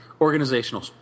organizational